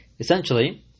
Essentially